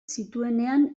zituenean